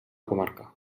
comarca